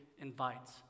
invites